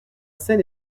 scène